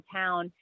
town